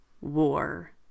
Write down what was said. War